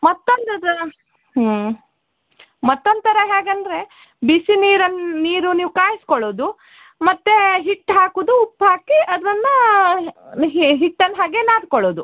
ಮತ್ತೊಂದದ ಮತ್ತೊಂದು ಥರ ಹೇಗಂದರೆ ಬಿಸಿ ನೀರನ್ನು ನೀರು ನೀವು ಕಾಯ್ಸ್ಕೊಳ್ಳೋದು ಮತ್ತು ಹಿಟ್ಟು ಹಾಕುವುದು ಉಪ್ಪು ಹಾಕಿ ಅದನ್ನ ಹಿಟ್ಟನ ಹಾಗೆ ನಾದ್ಕೊಳ್ಳೋದು